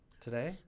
Today